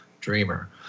dreamer